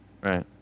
Right